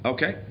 Okay